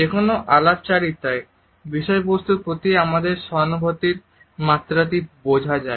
যেকোনো আলাপচারিতায় বিষয়বস্তুর প্রতি আমাদের সহানুভূতির মাত্রাটি বোঝা যায়